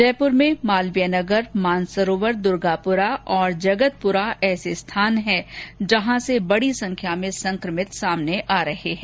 जयपुर में मालवीय नगर मानसरोवर दुर्गापुरा और जगतपुरा ऐसे स्थान हैं जहां बड़ी संख्या में संक्रमित सामने आ रहे हैं